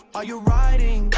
are you riding? are